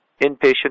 inpatient